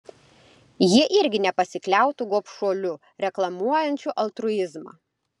jie irgi nepasikliautų gobšuoliu reklamuojančiu altruizmą